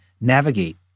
navigate